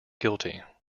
guilty